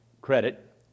credit